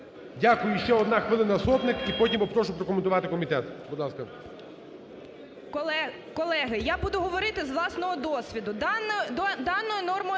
Дякую. І ще одна хвилина – Сотник. І потім попрошу прокоментувати комітет.